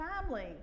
family